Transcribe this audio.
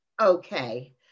Okay